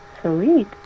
Sweet